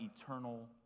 eternal